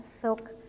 silk